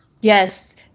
yes